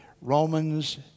Romans